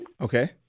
Okay